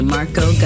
Marco